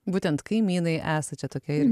būtent kaimynai esat čia tokia ir